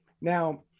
Now